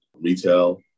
retail